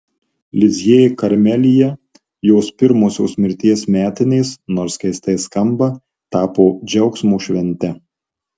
lizjė karmelyje jos pirmosios mirties metinės nors keistai skamba tapo džiaugsmo švente